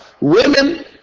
women